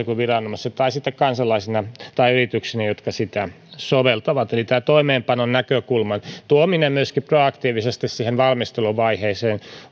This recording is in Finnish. kuin viranomaisissa tai sitten kansalaisina tai yrityksinä jotka sitä soveltavat eli tämä toimeenpanonäkökulman tuominen myöskin proaktiivisesti siihen valmisteluvaiheeseen